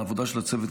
העבודה של הצוות,